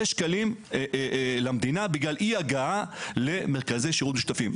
שקלים למדינה בגלל אי-הגעה למרכזי שירות משותפים.